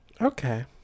Okay